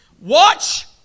Watch